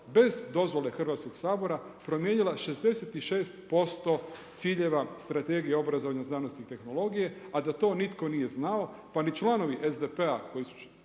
bez dozvole Hrvatskog sabora promijenila 66% ciljeva Strategije obrazovanja, znanosti i tehnologije, a da to nitko nije znao, pa ni članovi SDP-a koji su